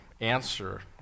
answer